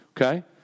okay